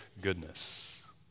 goodness